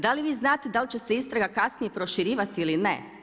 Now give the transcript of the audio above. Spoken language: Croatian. Da li vi znate da li će se istraga kasnije proširivati ili ne?